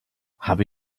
habe